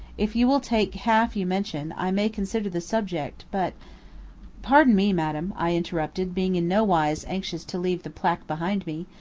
if you will take half you mention, i may consider the subject, but pardon me, madame, i interrupted, being in no wise anxious to leave the placque behind me,